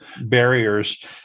barriers